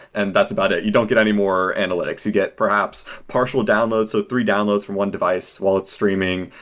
and that's about it. you don't get any more analytics. you get, perhaps, partial downloads, so three downloads from one device while it's streaming.